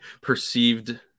perceived